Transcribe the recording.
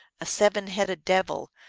a seven-headed devil,